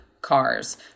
cars